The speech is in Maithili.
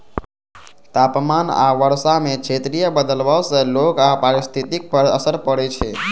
तापमान आ वर्षा मे क्षेत्रीय बदलाव सं लोक आ पारिस्थितिकी पर असर पड़ै छै